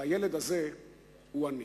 והילד הזה הוא אני.